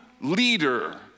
leader